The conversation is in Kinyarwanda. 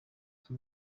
iki